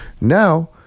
Now